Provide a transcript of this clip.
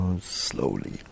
slowly